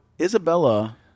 Isabella